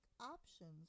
options